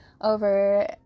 over